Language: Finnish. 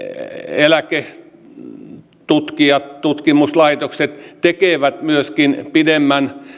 eläketutkijat tutkimuslaitokset tekevät myöskin pidemmän